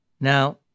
Now